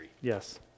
Yes